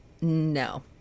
no